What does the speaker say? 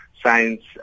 science